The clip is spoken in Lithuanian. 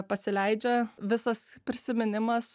pasileidžia visas prisiminimas